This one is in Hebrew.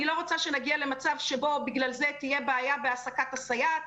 אני לא רוצה שנגיע למצב שבו בגלל זה תהיה בעיה בהעסקת הסייעת,